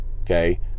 Okay